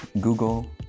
google